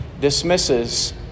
dismisses